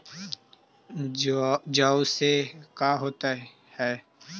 जौ से का होता है?